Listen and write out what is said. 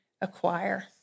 acquire